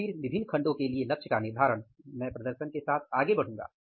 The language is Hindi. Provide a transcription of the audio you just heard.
और फिर विभिन्न खंडो के लिए लक्ष्य का निर्धारण मैं प्रदर्शन के लिए आगे बढ़ूंगा